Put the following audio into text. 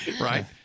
Right